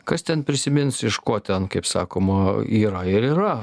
kas ten prisimins iš ko ten kaip sakoma yra ir yra